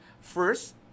first